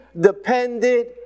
depended